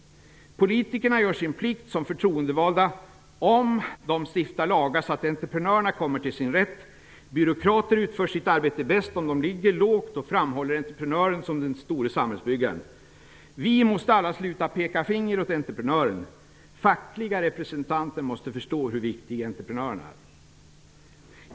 Politikerna gör sin plikt som förtroendevalda om de stiftar lagar så att entreprenörerna kommer till sin rätt. Byråkrater utför sitt arbete bäst om de ligger lågt och framhåller entreprenören som den store samhällsbyggaren. Vi måste alla sluta att peka finger åt entreprenören! Fackliga representanter måste förstå hur viktiga entreprenören är.